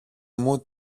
μου